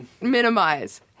Minimize